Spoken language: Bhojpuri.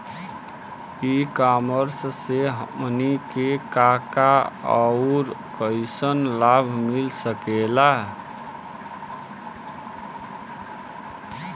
ई कॉमर्स से हमनी के का का अउर कइसन लाभ मिल सकेला?